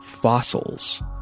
fossils